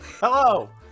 Hello